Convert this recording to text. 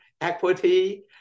equity